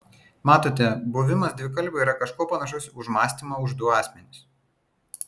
matote buvimas dvikalbiu yra kažkuo panašus už mąstymą už du asmenis